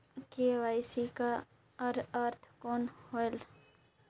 KYC कर अर्थ कौन होएल?